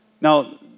Now